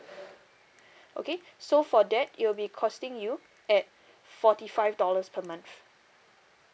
okay so for that it'll be costing you at forty five dollars per month